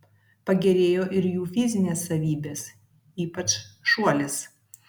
pagerėjo ir jų fizinės savybės ypač šuolis